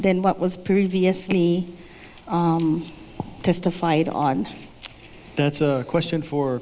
then what was previously testified on that's a question for